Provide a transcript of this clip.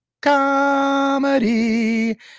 comedy